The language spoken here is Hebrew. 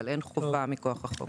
אבל אין חובה מכוח החוק.